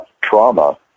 trauma